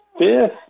fifth